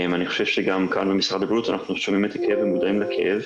אני חושב שגם כאן במשרד הבריאות אנחנו שומעים את הכאב ומודעים לכאב.